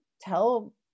tell